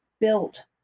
built